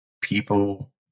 People